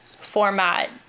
format